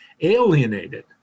alienated